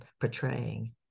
portraying